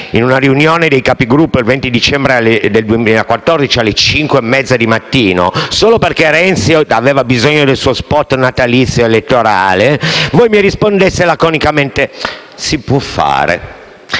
in una riunione dei Capigruppo il 20 dicembre del 2014, alle ore 5,30 del mattino, solo perché Renzi aveva bisogno del suo *spot* elettorale natalizio, voi mi rispondeste laconicamente "si può fare".